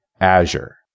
Azure